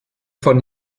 von